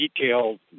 detailed